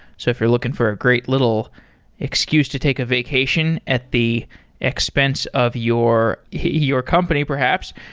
so if you're looking for a great little excuse to take a vacation at the expense of your your company, perhaps,